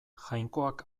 jainkoak